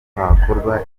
hakorwa